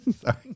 Sorry